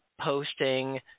posting